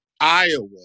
Iowa